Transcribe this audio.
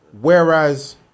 Whereas